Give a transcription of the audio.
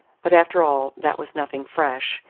but after all that was nothing fresh,